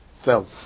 fell